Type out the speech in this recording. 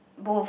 both